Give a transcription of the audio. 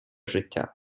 життя